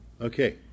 okay